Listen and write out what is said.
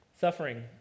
suffering